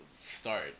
start